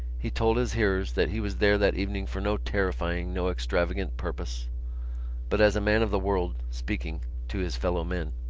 he told his hearers that he was there that evening for no terrifying, no extravagant purpose but as a man of the world speaking to his fellow-men.